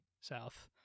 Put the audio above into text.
South